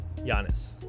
Giannis